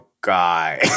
guy